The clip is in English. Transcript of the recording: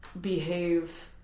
behave